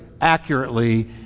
accurately